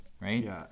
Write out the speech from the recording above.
Right